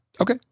Okay